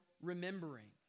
remembering